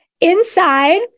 inside